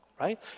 Right